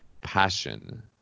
passion